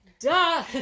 Duh